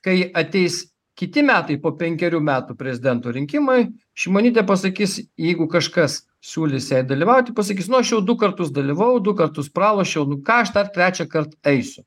kai ateis kiti metai po penkerių metų prezidento rinkimai šimonytė pasakys jeigu kažkas siūlys jai dalyvauti pasakys nu aš jau du kartus dalyvavau du kartus pralošiau nu ką aš dar trečiąkart eisiu